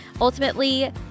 ultimately